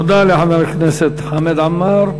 תודה לחבר הכנסת חמד עמאר.